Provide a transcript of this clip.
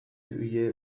üye